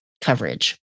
coverage